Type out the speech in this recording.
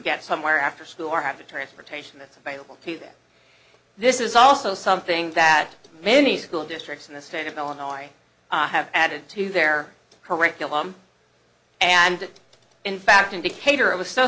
get somewhere after school or have a transportation that's available to them this is also something that many school districts in the state of illinois have added to their curriculum and in fact in decatur it was so